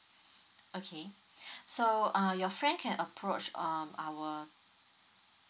okay so uh your friend can approach um our